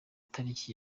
tariki